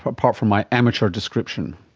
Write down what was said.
apart from my amateur description.